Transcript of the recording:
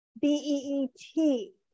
B-E-E-T